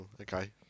Okay